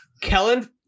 Kellen